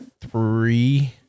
three